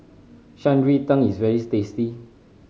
Shan Rui Tang is very tasty